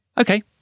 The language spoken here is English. Okay